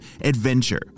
adventure